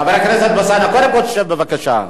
חבר הכנסת אלסאנע, קודם כול תשב, בבקשה.